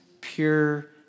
pure